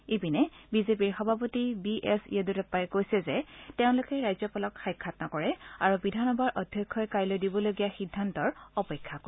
ইপিনে বিজেপিৰ সভাপতি বি এছ য়েড়ৰাপ্পাই কৈছে যে তেওঁলোকে ৰাজ্যপালক সাক্ষাৎ নকৰে আৰু বিধানসভাৰ অধ্যক্ষই কাইলৈ দিবলগীয়া সিদ্ধান্তৰ অপেক্ষা কৰিব